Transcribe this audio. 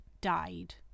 died